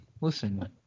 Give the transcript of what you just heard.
listen